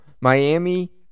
Miami